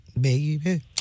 Baby